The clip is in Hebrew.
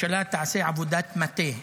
אפשר שהממשלה תעשה עבודת מטה.